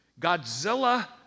Godzilla